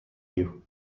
you